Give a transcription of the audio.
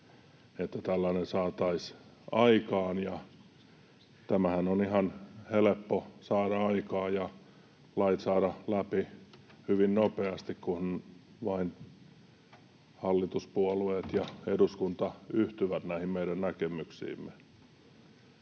että tällainen saataisiin aikaan. Tämähän on ihan helppo saada aikaan ja lait saada läpi hyvin nopeasti, kun vain hallituspuolueet ja eduskunta yhtyvät näihin meidän näkemyksiimme.